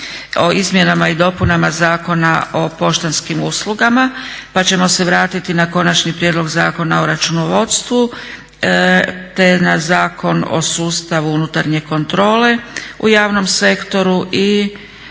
o izmjenama i dopunama Zakona o poštanskim uslugama. Pa ćemo se vratiti na Konačni prijedlog zakona o računovodstvu, te na Zakon o sustavu unutarnje kontrole u javnom sektoru i